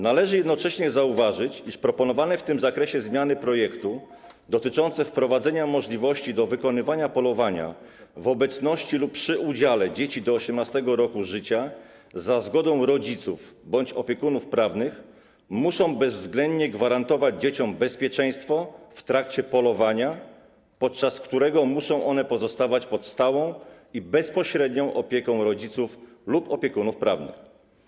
Należy jednocześnie zauważyć, iż proponowane w tym zakresie zmiany projektu dotyczące wprowadzenia możliwości wykonywania polowania w obecności lub przy udziale dzieci do 18. roku życia za zgodą rodziców bądź opiekunów prawnych muszą bezwzględnie gwarantować dzieciom bezpieczeństwo w trakcie polowania, podczas którego muszą one pozostawać pod stałą i bezpośrednią opieką rodziców lub opiekunów prawnych.